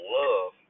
love